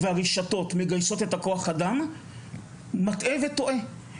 והרשתות מגייסות את כוח האדם מטעה וטועה.